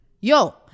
yo